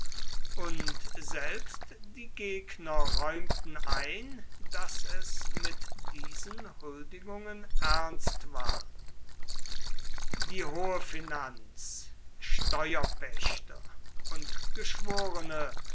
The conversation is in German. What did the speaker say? und selbst die gegner räumten ein daß es mit diesen huldigungen ernst war die hohe finanz steuerpächter und geschworene